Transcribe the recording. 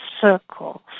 circles